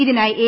ഇതിനായി എ